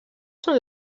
són